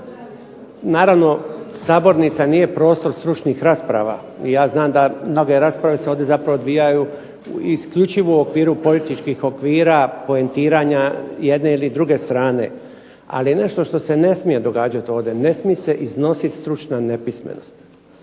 naravno sabornica nije prostor stručnih rasprava. I ja znam da se mnoge rasprave ovdje odvijaju isključivo u okviru političkih okvira poentiranja jedne ili druge strane. Ali nešto što se ne smije događati ovdje, ne smije se iznositi stručna nepismenost.